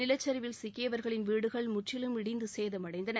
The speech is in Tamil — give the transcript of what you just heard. நிலச்சிவில் சிக்கியவர்களின் வீடுகள் முற்றிலும் இடிந்து சேதமடைந்தன